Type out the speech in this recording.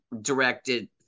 directed